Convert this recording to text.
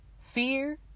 fear